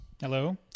Hello